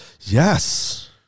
Yes